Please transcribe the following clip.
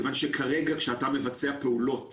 כייוון שכרגע, כשאתה מבצע פעולות